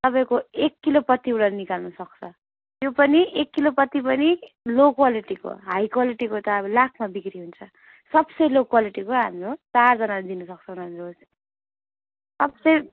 तपाईँको एक किलो पत्तीबाट निकाल्नु सक्छ त्यो पनि एक किलो पत्ती पनि लो क्वालिटीको हाई क्वालिटीको त अब लाखमा बिक्री हुन्छ सबसे लो क्वालिटीको हाम्रो चारजनालाई दिनुसक्छ उनीहरूले रोज सबसे